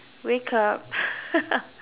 wake up